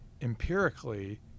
empirically